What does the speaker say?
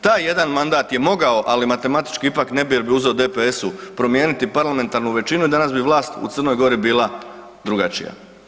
Taj jedan mandat je mogao, ali matematički ipak ne bi uzeo jer bi uzeo DPS-u promijeniti parlamentarnu većinu i danas bi vlast u Crnoj Gori bila drugačija.